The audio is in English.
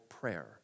prayer